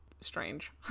strange